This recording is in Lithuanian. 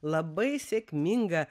labai sėkmingą